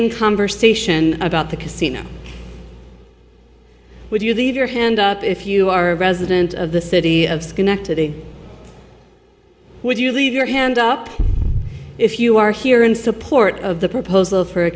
in conversation about the casino would you leave your hand up if you are a resident of the city of schenectady would you leave your hand up if you are here in support of the proposal for a